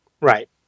Right